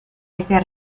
este